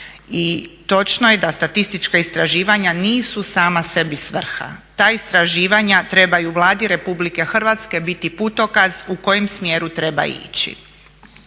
I točno je da statistička istraživanja nisu sama sebi svrha. Ta istraživanja trebaju Vladi Republike Hrvatske biti putokaz u kojem smjeru treba ići.